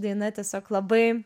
daina tiesiog labai